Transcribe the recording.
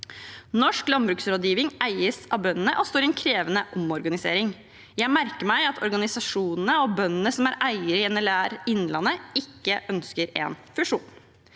Norsk Landbruksrådgiving eies av bøndene og står i en krevende omorganisering. Jeg merker meg at organisasjonene og bøndene som er eiere i NLR Innlandet, ikke ønsker en fusjon.